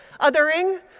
Othering